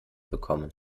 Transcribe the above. bekommen